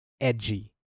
edgy